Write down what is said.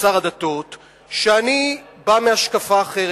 שאני בא מהשקפה אחרת.